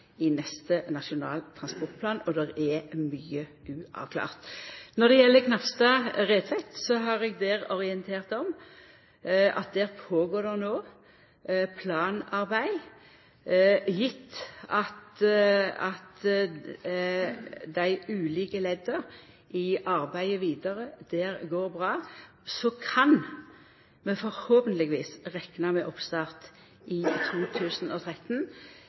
i neste Nasjonal transportplan, og det er mykje uavklart. Når det gjeld Knapstad–Retvedt, har eg orientert om at der går det no føre seg planarbeid. Gjeve at dei ulike ledda i arbeidet vidare der går bra, kan vi forhåpentlegvis rekna med oppstart i 2013,